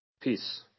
Peace